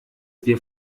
wir